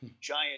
giant